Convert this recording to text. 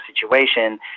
situation